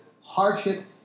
hardship